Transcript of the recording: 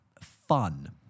fun